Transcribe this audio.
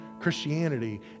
Christianity